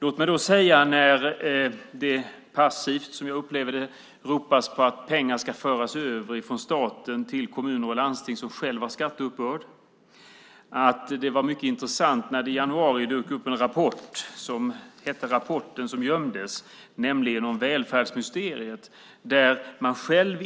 Låt mig säga, när det, som jag upplever det, passivt ropas på att pengar ska föras över från staten till kommuner och landsting, vilka själva har skatteuppbörd, att det i januari dök upp en mycket intressant rapport som hade gömts undan och som handlar om välfärdsmysteriet.